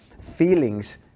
feelings